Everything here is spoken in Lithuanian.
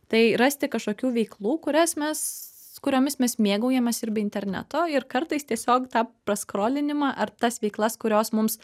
tai rasti kažkokių veiklų kurias mes kuriomis mes mėgaujamės ir be interneto ir kartais tiesiog tą praskrolinimą ar tas veiklas kurios mums